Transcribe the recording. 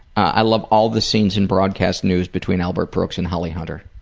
i love all the scenes in broadcast news between albert brooks and holly hunter.